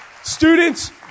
Students